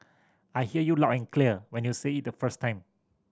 I hear you loud and clear when you said it the first time